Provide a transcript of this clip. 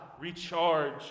Recharge